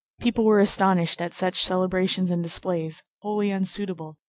people were astonished at such celebrations and displays, wholly unsuitable,